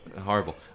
horrible